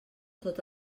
tot